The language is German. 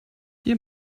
hier